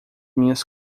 minhas